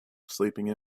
sleeping